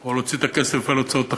או להוציא את הכסף על הוצאות אחרות.